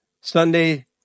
Sunday